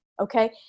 okay